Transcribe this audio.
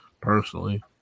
personally